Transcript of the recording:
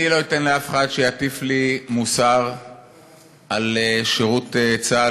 אני לא אתן לאף אחד שיטיף לי מוסר על שירות צה"ל